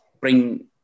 bring